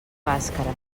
bàscara